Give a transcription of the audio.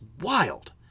wild